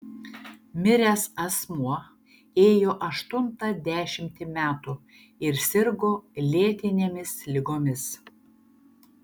miręs asmuo ėjo aštuntą dešimtį metų ir sirgo lėtinėmis ligomis